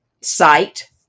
site